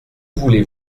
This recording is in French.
voulez